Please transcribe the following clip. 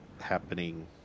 happening